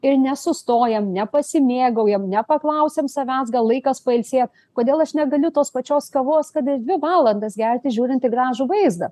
ir nesustojam nepasimėgaujam nepaklausiam savęs gal laikas pailsėt kodėl aš negaliu tos pačios kavos kad ir dvi valandas gerti žiūrint į gražų vaizdą